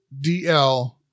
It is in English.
DL